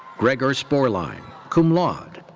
gregor spoerlein, cum laude.